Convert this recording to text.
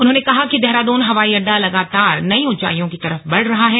उन्होंने कहा कि देहरादून हवाई अड्डा लगातार नई ऊंचाइयों की तरफ बढ़ रहा है